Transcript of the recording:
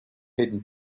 hidden